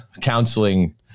counseling